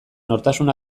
nortasun